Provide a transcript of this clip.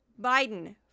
Biden